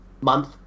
month